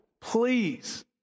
please